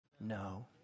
No